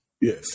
yes